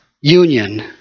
Union